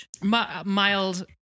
Mild